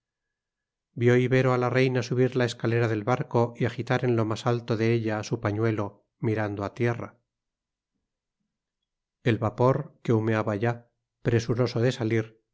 vio ibero a la reina subir la escalera del barco y agitar en lo más alto de ella su pañuelo mirando a tierra el vapor que humeaba ya presuroso de salir